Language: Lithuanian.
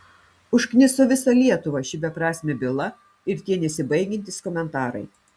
užkniso visą lietuvą ši beprasmė byla ir tie nesibaigiantys komentarai